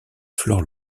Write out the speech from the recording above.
flore